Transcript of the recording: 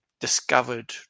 discovered